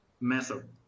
method